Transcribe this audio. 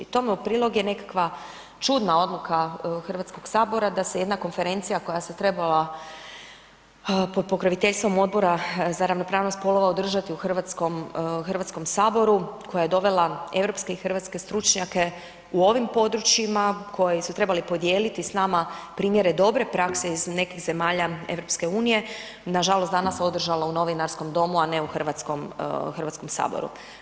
Tome u prilog je nekakva čudna odluka HS-a da se jedna konferencija koja se trebala pod pokroviteljstvom Odbora za ravnopravnost spolova održati u HS-u, koja je dovela europske i hrvatske stručnjake u ovim područjima koji su trebali podijeliti s nama primjere dobre prakse iz nekih zemalja EU, nažalost održala u Novinarskom domu, a ne u Hrvatskome saboru.